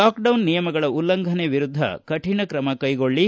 lockdown ನಿಯಮಗಳ ಉಲ್ಲಂಘನೆ ವಿರುದ್ದ ಕಠಿಣ ಕ್ರಮ ಕೈಗೊಳ್ಳಿ